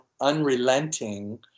unrelenting